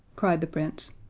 cried the prince.